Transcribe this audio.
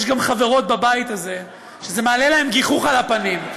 יש גם חברות בבית הזה שזה מעלה להן גיחוך על הפנים.